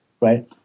right